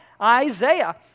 Isaiah